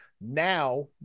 now